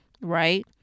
right